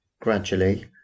gradually